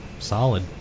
Solid